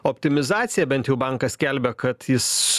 optimizacija bent jau bankas skelbia kad jis